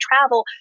travel